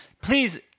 please